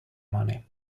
money